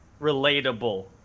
relatable